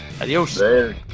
Adios